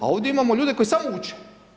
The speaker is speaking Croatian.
A ovdje imamo ljude koji samo uče.